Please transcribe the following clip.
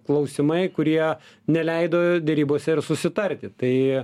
klausimai kurie neleido derybose ir susitarti tai